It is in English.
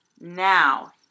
Now